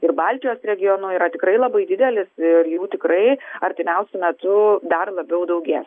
ir baltijos regionu yra tikrai labai didelis ir jų tikrai artimiausiu metu dar labiau daugės